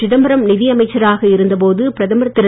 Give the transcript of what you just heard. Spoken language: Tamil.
சிதம்பரம் நிதியமைச்சராக இருந்த போது பிரதமர் திரு